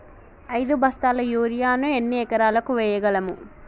ఐదు బస్తాల యూరియా ను ఎన్ని ఎకరాలకు వేయగలము?